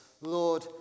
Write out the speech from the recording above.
Lord